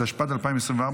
התשפ"ד 2024,